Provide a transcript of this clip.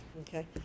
Okay